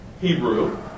Hebrew